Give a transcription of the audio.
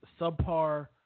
subpar